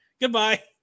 Goodbye